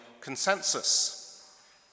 consensus